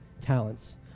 talents